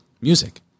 music